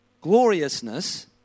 Gloriousness